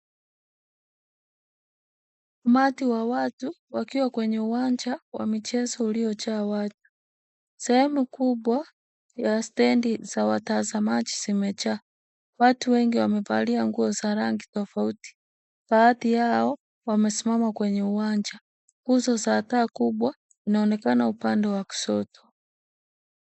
Umati wa watu, wakiwa kwenye uwanja wa michezo uliojaa watu. Sehemu kubwa ya stendi za watazamaji zimejaa. Watu wengi wamevalia nguo za rangi tofauti, baadhi yao wamesimama kwenye uwanja. Nguzo za taa kubwa, zinaonekana upande wa kushoto.